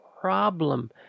Problem